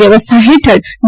વ્યવસ્થા હેઠળ ડી